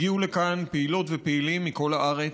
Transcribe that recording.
הגיעו לכאן פעילות ופעילים מכל הארץ.